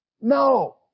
No